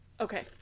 Okay